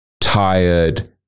tired